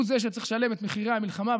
הוא זה שצריך לשלם את מחירי המלחמה,